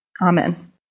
Amen